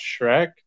Shrek